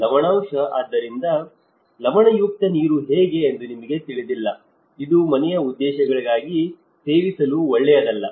ಲವಣಾಂಶ ಆದ್ದರಿಂದ ಲವಣಯುಕ್ತ ನೀರು ಹೇಗೆ ಎಂದು ನಿಮಗೆ ತಿಳಿದಿಲ್ಲ ಇದು ಮನೆಯ ಉದ್ದೇಶಗಳಿಗಾಗಿ ಸೇವಿಸಲು ಒಳ್ಳೆಯದಲ್ಲ